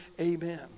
Amen